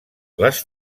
les